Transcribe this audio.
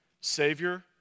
Savior